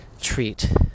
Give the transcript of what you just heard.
treat